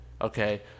Okay